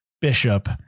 Bishop